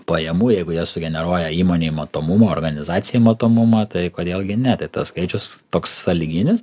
pajamų jeigu jie sugeneruoja įmonei matomumo organizacijai matomumą tai kodėl gi ne tai tas skaičius toks sąlyginis